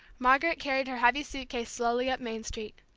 margaret carried her heavy suit-case slowly up main street.